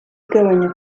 igabanya